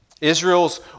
Israel's